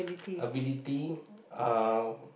ability uh